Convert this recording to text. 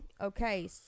Okay